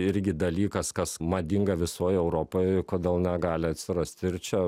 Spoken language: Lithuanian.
irgi dalykas kas madinga visoj europoj kodėl negali atsirasti ir čia